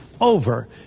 over